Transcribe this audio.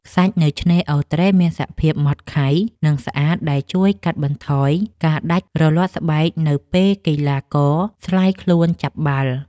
ខ្សាច់នៅឆ្នេរអូរត្រេះមានសភាពម៉ដ្តខៃ និងស្អាត ដែលជួយកាត់បន្ថយការដាច់រលាត់ស្បែកនៅពេលកីឡាករស្លាយខ្លួនចាប់បាល់។